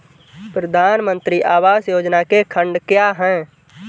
प्रधानमंत्री आवास योजना के खंड क्या हैं?